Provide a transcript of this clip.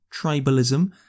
tribalism